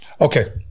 Okay